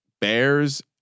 bears